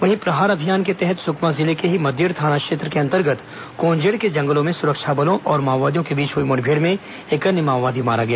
वहीं प्रहार अभियान के तहत सुकमा जिले के ही मद्देड़ थाना क्षेत्र के अंतर्गत कोंजेड के जंगलों में सुरक्षा बलों और माओवादियों के बीच हुई मुठभेड़ में एक अन्य माओवादी मारा गया